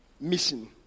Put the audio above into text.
mission